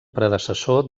predecessor